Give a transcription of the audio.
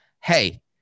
hey